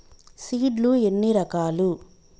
Seed లు ఎన్ని రకాలు?